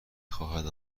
خواهد